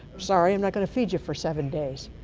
sorry, i'm not going to feed you for seven days.